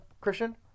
Christian